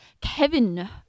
Kevin